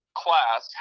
class